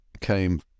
came